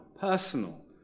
personal